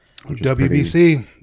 WBC